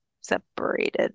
separated